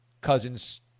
Cousins